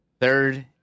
Third